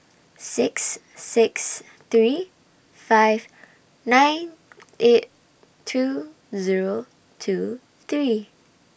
six six three five nine eight two Zero two three